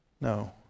No